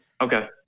okay